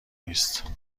نیست